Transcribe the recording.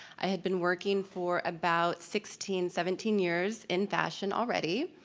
i had been working for about sixteen, seventeen years in fashion already.